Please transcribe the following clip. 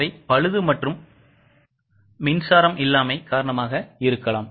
அவை பழுது மற்றும் மின்சாரம் இல்லாமை காரணமாக இருக்கலாம்